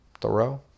Thoreau